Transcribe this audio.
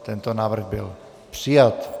Tento návrh byl přijat.